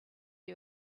you